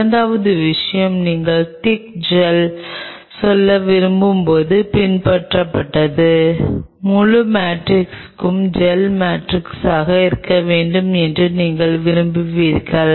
இரண்டாவது விஷயம் நீங்கள் ஒரு திக் ஜெல் சொல்ல விரும்பும்போது பின்பற்றப்பட்டது முழு மேட்ரிக்ஸும் ஜெல் மேட்ரிக்ஸாக இருக்க வேண்டும் என்று நீங்கள் விரும்புகிறீர்கள்